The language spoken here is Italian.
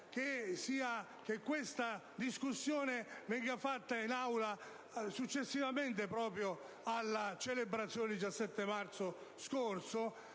che questa discussione venga fatta in Aula successivamente alla celebrazione del 17 marzo scorso,